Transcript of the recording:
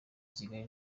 ikigali